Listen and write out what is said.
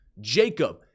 Jacob